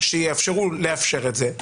שיאפשרו לאפשר את זה,